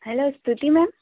hello Stuti ma'am